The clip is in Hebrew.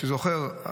מי שזוכר,